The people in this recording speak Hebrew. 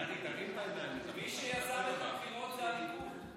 מי שיזם את הבחירות זה הליכוד.